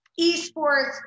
eSports